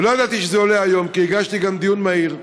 ולא ידעתי שזה עולה היום, כי הגשתי גם דיון מהיר,